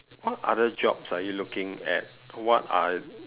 what other jobs are you looking at what are